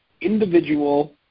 individual